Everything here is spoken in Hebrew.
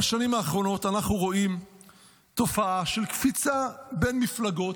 בשנים האחרונות אנחנו רואים תופעה של קפיצה בין מפלגות,